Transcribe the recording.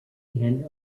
and